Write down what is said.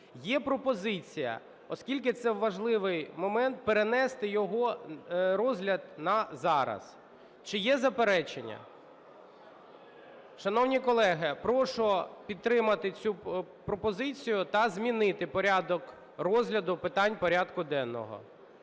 Є пропозиція, оскільки це важливий момент, перенести його розгляд на зараз. Чи є заперечення? Шановні колеги, прошу підтримати цю пропозицію та змінити порядок розгляду питань порядку денного.